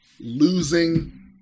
losing